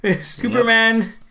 Superman